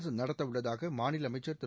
அரசு நடத்தவுள்ளதாக மாநில அமைச்சர் திரு